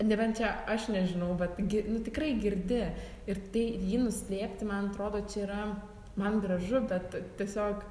nebent čia aš nežinau vat nu tikrai girdi ir tai jį nuslėpti man atrodo čia yra man gražu bet tiesiog